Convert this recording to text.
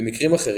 במקרים אחרים,